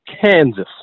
Kansas